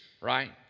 Right